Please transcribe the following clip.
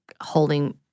holding